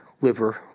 Liver